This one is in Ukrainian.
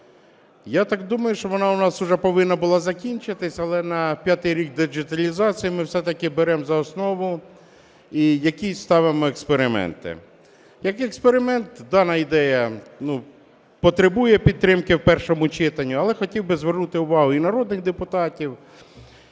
Я так думаю, що вона у нас повинна була закінчитися, але на п'ятий рік діджиталізації ми все-таки беремо за основу і якісь ставимо експерименти. Як експеримент дана ідея потребує підтримки в першому читанні, але хотів би звернути увагу і народних депутатів,